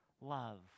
love